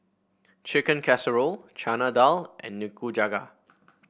Chicken Casserole Chana Dal and Nikujaga